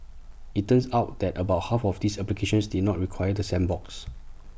IT turns out that about half of these applications did not require the sandbox